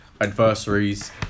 adversaries